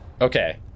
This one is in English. Okay